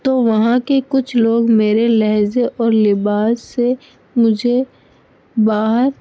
تو وہاں کے کچھ لوگ میرے لہجے اور لباس سے مجھے باہر